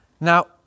Now